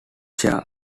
share